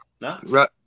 No